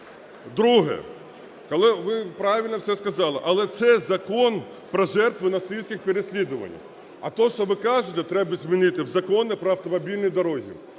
Друге. Але ви правильно все сказали, але це Закон про жертви нацистських переслідувань. А те, що ви кажете, треба змінити в Законі про автомобільні дороги,